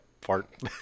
fart